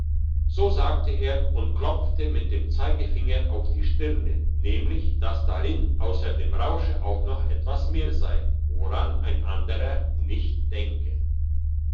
so sagte er und klopfte mit dem zeigefinger auf die stirne nämlich dass darin ausser dem rausche auch noch etwas mehr sei woran ein anderer nicht denke